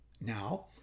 Now